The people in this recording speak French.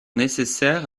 nécessaires